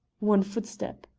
one footstep.